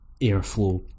airflow